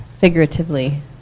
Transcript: figuratively